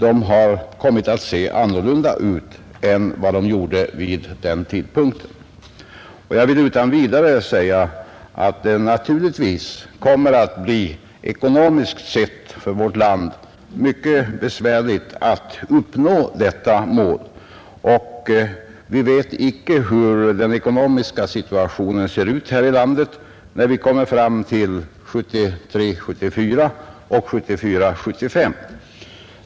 Jag vill utan vidare säga att det ,ekonomiskt sett naturligtvis kommer att bli mycket besvärligt för vårt land att nå detta mål. Vi vet icke hur den ekonomiska situationen ser ut här i landet när vi kommer fram till 1973 75.